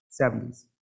70s